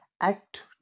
Act